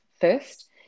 first